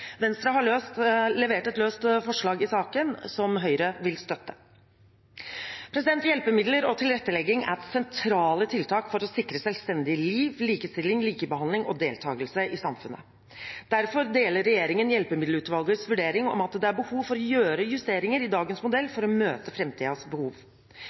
Venstre har et forslag til saken, som Høyre vil støtte. Hjelpemidler og tilrettelegging er sentrale tiltak for å sikre et selvstendig liv, likestilling, likebehandling og deltakelse i samfunnet. Derfor deler regjeringen Hjelpemiddelutvalgets vurdering av at det er behov for å foreta justeringer i dagens modell for å møte framtidens behov.